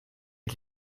est